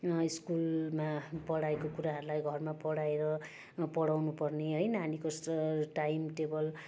स्कुलमा पढाइको कुराहरूलाई घरमा पढाएर पढाउनुपर्ने है नानीको स टाइम टेबल